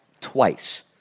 twice